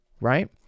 right